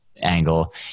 angle